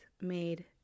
made